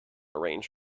arrange